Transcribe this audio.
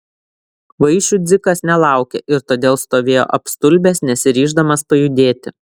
vaišių dzikas nelaukė ir todėl stovėjo apstulbęs nesiryždamas pajudėti